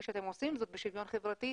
כפי שאתם עושים זאת במשרד לשוויון חברתי,